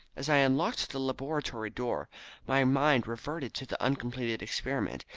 as i unlocked the laboratory door my mind reverted to the uncompleted experiment,